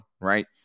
Right